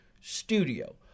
studio